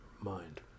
mind